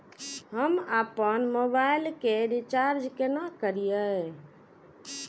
हम आपन मोबाइल के रिचार्ज केना करिए?